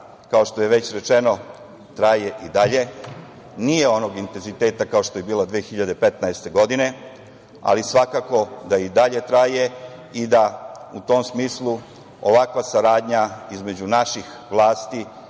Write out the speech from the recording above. kao što je već rečeno traje i dalje. Nije onog intenziteta kao što je bila 2015. godine, ali svakako da i dalje traje i da u tom smislu ovakva saradnja između naših vlasti